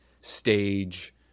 stage